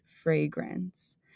fragrance